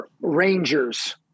rangers